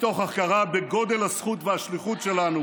מתוך הכרה בגודל הזכות והשליחות שלנו